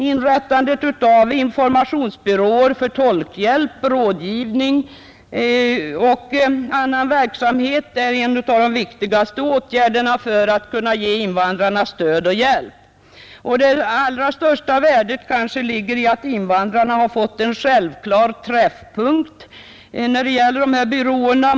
Inrättandet av informationsbyråer för tolkhjälp, rådgivning och annan verksamhet är en av de viktigaste åtgärderna för att ge invandrarna stöd och hjälp. Det allra största värdet ligger kanske i att invandrarna har fått en självklar träffpunkt genom dessa byråer.